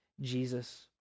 Jesus